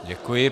Děkuji.